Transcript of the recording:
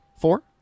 Four